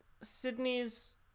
Sydney's